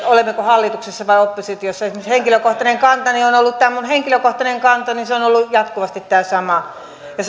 olemmeko hallituksessa vai oppositiossa esimerkiksi henkilökohtainen kantani on ollut tämä minun henkilökohtainen kantani ja se on ollut jatkuvasti tämä sama